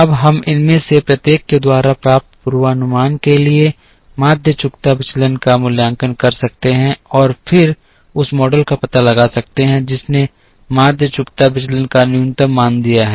अब हम इनमें से प्रत्येक के द्वारा प्राप्त पूर्वानुमान के लिए माध्य चुकता विचलन का मूल्यांकन कर सकते हैं और फिर उस मॉडल का पता लगा सकते हैं जिसने माध्य चुकता विचलन का न्यूनतम मान दिया है